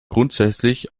grundsätzlich